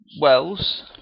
Wells